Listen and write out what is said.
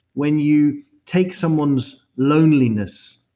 when you take someone's loneliness,